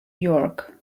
york